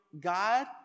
God